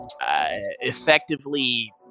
effectively